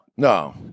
No